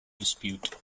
dispute